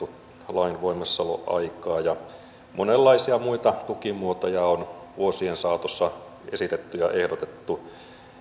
lain voimassaoloaikaa ja monenlaisia muita tukimuotoja on vuosien saatossa esitetty ja ehdotettu